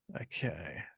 okay